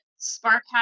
Spark